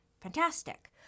Fantastic